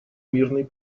мирный